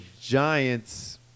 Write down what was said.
Giants